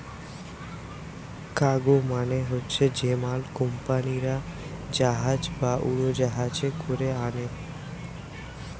cargo মানে হচ্ছে যে মাল কুম্পানিরা জাহাজ বা উড়োজাহাজে কোরে আনে